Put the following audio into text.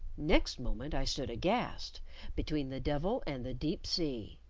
next moment i stood aghast between the devil and the deep sea.